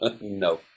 No